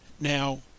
Now